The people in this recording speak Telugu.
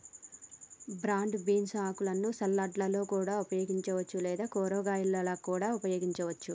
బ్రాడ్ బీన్స్ ఆకులను సలాడ్లలో ఉపయోగించవచ్చు లేదా కూరగాయాలా కూడా వండవచ్చు